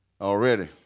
already